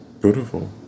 beautiful